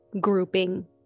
grouping